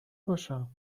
باشم